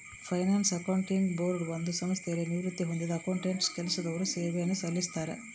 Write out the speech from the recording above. finance accounting board ಒಂದು ಸಂಸ್ಥೆಯಲ್ಲಿ ನಿವೃತ್ತಿ ಹೊಂದಿದ್ದ ಅಕೌಂಟೆಂಟ್ ಕೆಲಸದವರು ಸೇವೆಯನ್ನು ಸಲ್ಲಿಸ್ತರ